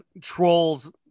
trolls